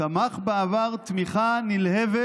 תמך בעבר תמיכה נלהבת